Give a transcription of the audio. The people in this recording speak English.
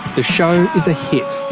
the show is a hit,